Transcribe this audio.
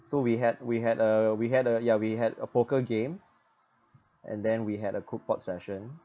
so we had we had a we had a ya we had a poker game and then we had a cookout session